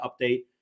update